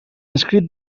escrit